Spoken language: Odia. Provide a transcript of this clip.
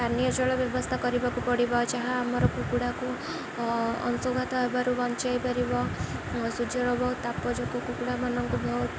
ପାନୀୟ ଜଳ ବ୍ୟବସ୍ଥା କରିବାକୁ ପଡ଼ିବ ଯାହା ଆମର କୁକୁଡ଼ାକୁ ଅଂଶୁଘାତ ହେବାରୁ ବଞ୍ଚାଇ ପାରିବ ସୂର୍ଯ୍ୟର ବହୁତ ତାପ ଯୋଗୁଁ କୁକୁଡ଼ାମାନଙ୍କୁ ବହୁତ